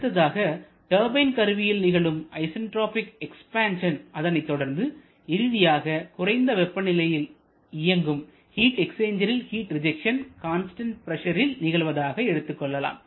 அடுத்ததாக டர்பைன் கருவியில் நிகழும் ஐசன்டிராபிக் எக்ஸ்பேன்சன் அதனைத் தொடர்ந்து இறுதியாக குறைந்த வெப்பநிலையில் இயங்கும் ஹீட் எக்ஸ்சேஞ்சரில் ஹிட் ரிஜெக்ஷன் கான்ஸ்டன்ட் பிரஷரில் நிகழ்வதாக எடுத்துக்கொள்ளலாம்